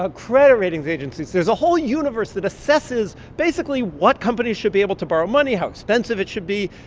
ah credit ratings agencies there's a whole universe that assesses basically what companies should be able to borrow money, how expensive it should be.